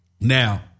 Now